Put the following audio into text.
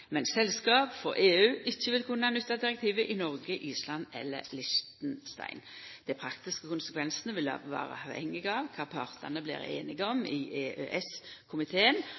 selskap frå EU ikkje vil kunna nytta direktivet i Noreg, Island eller Liechtenstein. Dei praktiske konsekvensane vil vera avhengige av kva partane blir einige om i